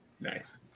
Nice